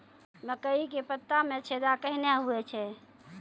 मकई के पत्ता मे छेदा कहना हु छ?